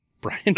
Brian